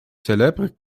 célèbres